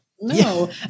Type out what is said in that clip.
No